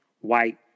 white